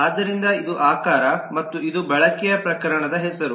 ಆದ್ದರಿಂದ ಇದು ಆಕಾರ ಮತ್ತು ಇದು ಬಳಕೆಯ ಪ್ರಕರಣದ ಹೆಸರು